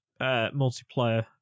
multiplayer